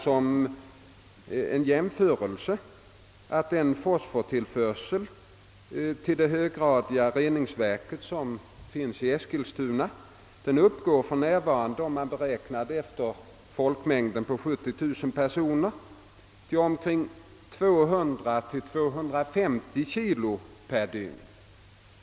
Som jämförelse kan nämnas att fosfortillförseln till det höggradiga reningsverket i Eskilstuna för närvarande uppgår till 200—250 kilo per dygn, om man räknar med en folkmängd på 70000 personer.